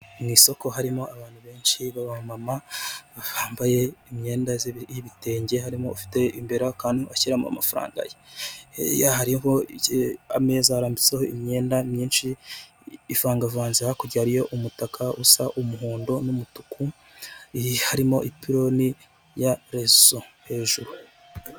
Mu isoko harimo abantu benshi baba mama bambaye imyenda y'ibitenge harimo ufite imbere akantu ashyiramo amafaranga ye, hirya hari Ameza arimbitseho imyenda myinshyi ivangavanze hakurya hari amutaka usa umuhondo n'umutuku hakurya hari ipironi y'amarezo.